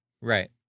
Right